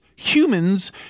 humans